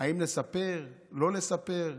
האם לספר, לא לספר.